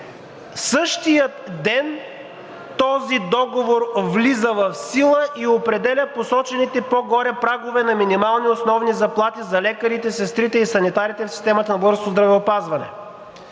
същият ден този договор влиза в сила и определя посочените по-горе прагове на минимални основни заплати за лекарите, сестрите и санитарите в системата на българското здравеопазване.